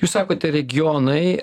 jūs sakote regionai